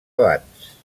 abans